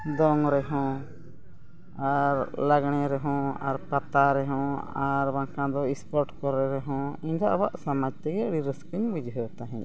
ᱫᱚᱝ ᱨᱮ ᱦᱚᱸ ᱟᱨ ᱞᱟᱜᱽᱲᱮ ᱨᱮᱦᱚᱸ ᱟᱨ ᱯᱟᱛᱟ ᱨᱮᱦᱚᱸ ᱟᱨ ᱵᱟᱝ ᱠᱷᱟᱱ ᱫᱚ ᱤᱥᱯᱳᱨᱴ ᱠᱚᱨᱮ ᱨᱮᱦᱚᱸ ᱤᱧ ᱫᱚ ᱟᱵᱚᱣᱟᱜ ᱥᱟᱢᱟᱡᱽ ᱛᱮ ᱟᱹᱰᱤ ᱨᱟᱹᱥᱠᱟᱹᱧ ᱵᱩᱡᱷᱟᱹᱣ ᱛᱟᱦᱮᱸᱫ